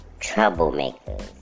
Troublemakers